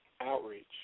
outreach